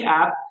app